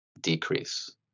decrease